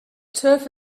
turf